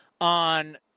on